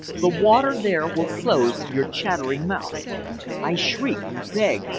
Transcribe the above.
the water there will close your chattering mouth i shrieked, begged,